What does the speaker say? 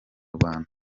rwanda